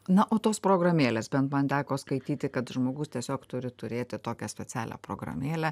na o tos programėlės bent man teko skaityti kad žmogus tiesiog turi turėti tokią specialią programėlę